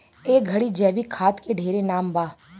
ए घड़ी जैविक खाद के ढेरे नाम बा